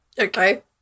Okay